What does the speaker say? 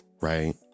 right